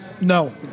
no